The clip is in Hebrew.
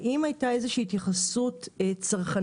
האם הייתה איזושהי התייחסות צרכנית,